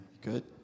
good